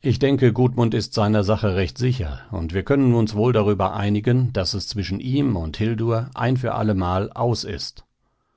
ich denke gudmund ist seiner sache recht sicher und wir könnten uns wohl darüber einigen daß es zwischen ihm und hildur ein für allemal aus ist